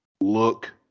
look